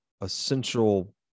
essential